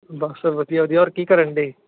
ਬਸ ਵਧੀਆ ਵਧੀਆ ਔਰ ਕੀ ਕਰਨ ਡੇ